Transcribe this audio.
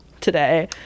today